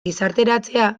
gizarteratzea